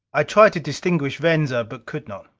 i tried to distinguish venza, but could not.